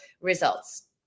results